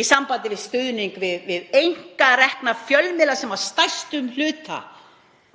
í sambandi við stuðning við einkarekna fjölmiðla sem að stærstum hluta,